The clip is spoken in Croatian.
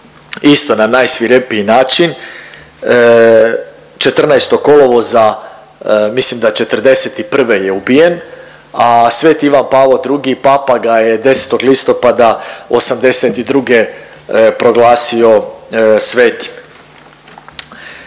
isto na najsvirepiji način 14. kolovoza mislim da '41. je ubijen, a Sveti Ivan Pavao II Papa ga je 10. listopada '82. proglasio svetim.